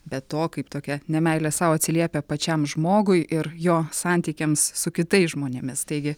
be to kaip tokia nemeilė sau atsiliepia pačiam žmogui ir jo santykiams su kitais žmonėmis taigi